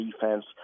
defense